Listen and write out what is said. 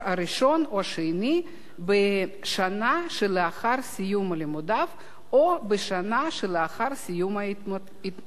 או השני בשנה שלאחר סיום לימודיו או בשנה שלאחר סיום התמחותו.